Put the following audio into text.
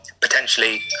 potentially